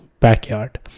backyard